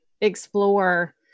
explore